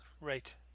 Right